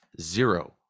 zero